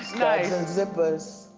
and zippers.